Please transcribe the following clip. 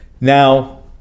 now